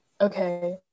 okay